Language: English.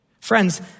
Friends